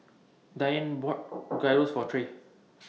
Diane bought Gyros For Trae